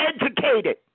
educated